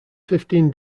fifteen